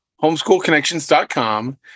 homeschoolconnections.com